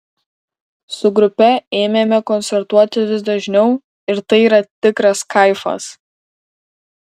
su grupe ėmėme koncertuoti vis dažniau ir tai yra tikras kaifas